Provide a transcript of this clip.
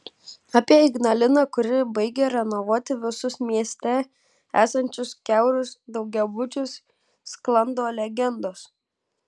apie ignaliną kuri baigia renovuoti visus mieste esančius kiaurus daugiabučius sklando legendos